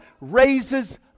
raises